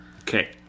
Okay